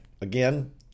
again